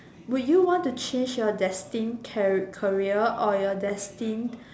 would you want to change your destined career or your destined